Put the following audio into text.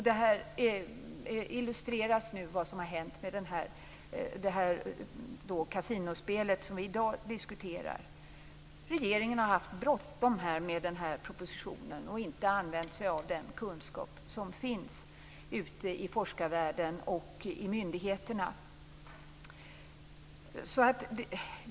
Detta illustreras nu av vad som har hänt med kasinospelet, som vi i dag diskuterar. Regeringen har haft bråttom med den här propositionen och har inte använt sig av den kunskap som finns ute i forskarvärlden och inom myndigheterna.